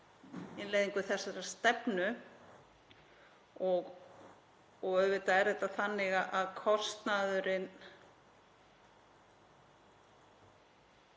innleiðingu þessarar stefnu. Auðvitað er þetta þannig að kostnaðurinn